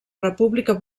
república